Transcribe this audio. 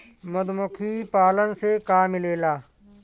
मधुमखी पालन से का मिलेला?